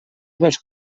pels